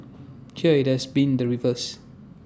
here IT has been the reverse